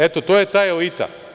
Eto, to je ta elita.